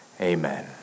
Amen